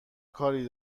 کاری